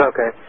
Okay